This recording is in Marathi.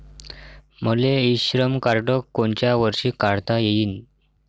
मले इ श्रम कार्ड कोनच्या वर्षी काढता येईन?